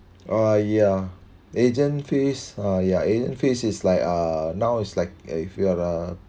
oh uh yeah agent fees uh yeah agent fees it's like uh now is like if you're a